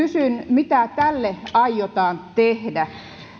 mitä tälle aiotaan tehdä